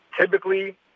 Typically